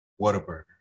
Whataburger